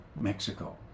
Mexico